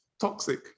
toxic